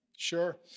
Sure